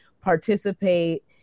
participate